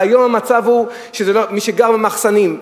והיום המצב הוא שמי שגר במחסנים,